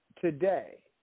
Today